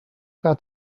got